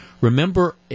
Remember